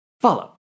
Follow